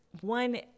One